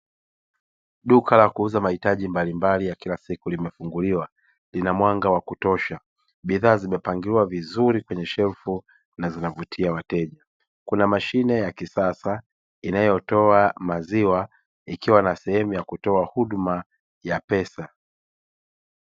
Duka la kuuza mahitaji mbalimbali ya kila siku limefunguliwa lina mwanga wa kutosha bidhaa zimepangiliwa vizuri kwenye shelfu na zinavutia wateja, kuna mashine ya kisasa inayotoa maziwa ikiwa na sehemu ya kutoa huduma ya pesa.